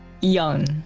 Young